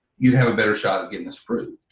you'd have a better shot at getting this fruit.